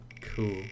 Cool